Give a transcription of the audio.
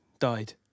died